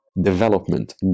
development